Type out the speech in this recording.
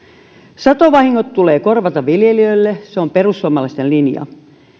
satovahingot tulee korvata viljelijöille se on perussuomalaisten linja